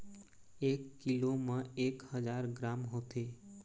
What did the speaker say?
एक कीलो म एक हजार ग्राम होथे